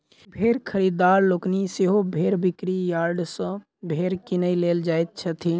भेंड़ खरीददार लोकनि सेहो भेंड़ बिक्री यार्ड सॅ भेंड़ किनय लेल जाइत छथि